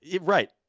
right